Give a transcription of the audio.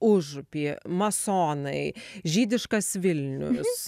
užupį masonai žydiškas vilnius